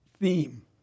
theme